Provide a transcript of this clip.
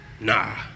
nah